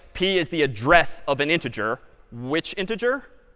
p is the address of an integer. which integer?